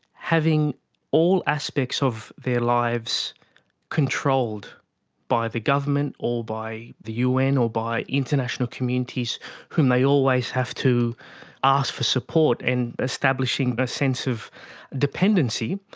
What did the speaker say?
having all aspects of their lives controlled by the government or by the un or by international communities whom they always have to ask for support and establishing a sense of dependency,